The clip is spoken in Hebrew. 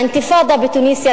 האינתיפאדה בתוניסיה,